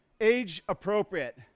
age-appropriate